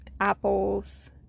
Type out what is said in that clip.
apples